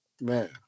man